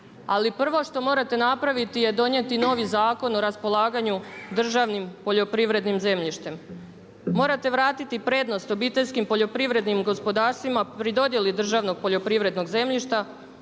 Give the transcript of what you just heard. Ali prvo što morate napraviti je donijeti novi Zakon o raspolaganju državnim poljoprivrednim zemljištem. Morate vratiti prednost obiteljskim poljoprivrednim gospodarstvima pri dodjeli državnog poljoprivrednog zemljišta